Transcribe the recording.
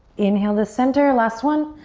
inhale to center, last one.